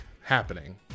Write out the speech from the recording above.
happening